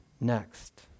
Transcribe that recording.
next